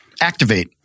Activate